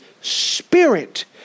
Spirit